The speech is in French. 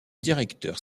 directeurs